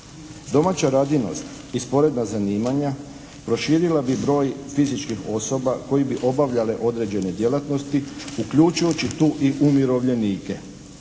Domaća radinost i sporedna zanimanja proširila bi broj fizičkih osoba koje bi obavljale određene djelatnosti uključujući tu i umirovljenike.